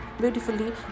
beautifully